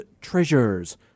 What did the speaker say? treasures